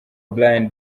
brian